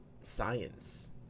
science